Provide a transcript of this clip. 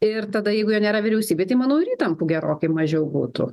ir tada jeigu jo nėra vyriausybėj tai manau ir įtampų gerokai mažiau būtų